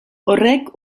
horrek